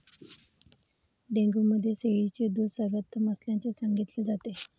dengue मध्ये शेळीचे दूध सर्वोत्तम असल्याचे सांगितले जाते